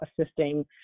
assisting